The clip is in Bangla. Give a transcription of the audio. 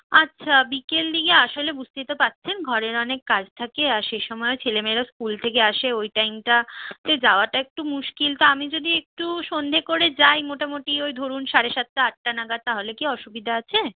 আচ্ছা বিকেল দিকে আসলে বুঝতেই তো পারছেন ঘরের অনেক কাজ থাকে আর সে সময় ছেলে মেয়েরাও স্কুল থেকে আসে ওই টাইমটাতে যাওয়াটা একটু মুশকিল তা আমি যদি একটু সন্ধ্যে করে যাই মোটামোটি ওই ধরুন সাড়ে সাতটা আটটা নাগাদ তাহলে কি অসুবিধা আছে